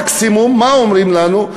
מקסימום, מה אומרים לנו?